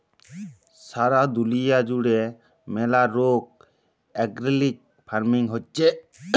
সারা দুলিয়া জুড়ে ম্যালা রোক অর্গ্যালিক ফার্মিং হচ্যে